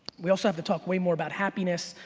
we also have to talk way more about happiness,